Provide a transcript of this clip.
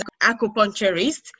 acupuncturist